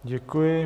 Děkuji.